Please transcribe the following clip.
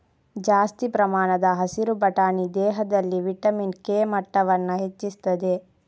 ಜಾಸ್ತಿ ಪ್ರಮಾಣದ ಹಸಿರು ಬಟಾಣಿ ದೇಹದಲ್ಲಿ ವಿಟಮಿನ್ ಕೆ ಮಟ್ಟವನ್ನ ಹೆಚ್ಚಿಸ್ತದೆ